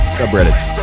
subreddits